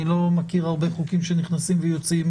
אני לא מכיר הרבה חוקים שנכנסים ויוצאים